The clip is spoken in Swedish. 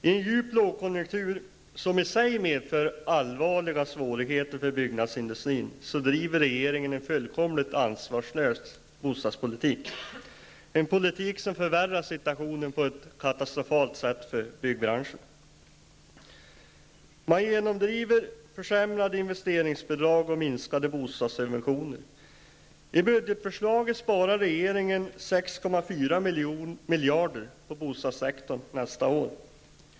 I en djup lågkonjunktur, som i sig medför allvarliga svårigheter för byggnadsindustrin, driver regeringen en fullkomligt ansvarslös bostadspolitik, en politik som förvärrar situationen på ett katastrofalt sätt för byggbranschen. Regeringen genomdriver försämrade investeringsbidrag och minskade bostadssubventioner. I budgetförslaget sparar regeringen 6,4 miljarder på bostadssektorn nästa år.